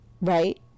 Right